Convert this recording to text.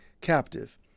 captive